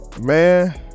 Man